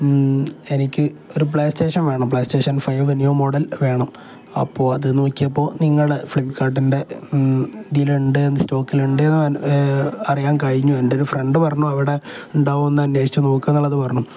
എനിക്ക് ഒരു PlayStation വേണം PlayStation five new model വേണം അപ്പോള് അത് നോക്കിയപ്പോള് നിങ്ങള് ഫ്ലിപ്പ്കാർട്ടിൻ്റെ ഇതിലുണ്ടെന്ന് സ്റ്റോക്കിലുണ്ടെന്ന് അറിയാൻ കഴിഞ്ഞു എൻ്റെയൊരു ഫ്രണ്ട് പറഞ്ഞു അവിടെയുണ്ടാകുമെന്ന് ഒന്ന് അന്വേഷിച്ച് നോക്കൂവെന്നുള്ളത് പറഞ്ഞു